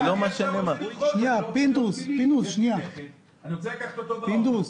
יש לי נכד שאני רוצה לקחת באוטו.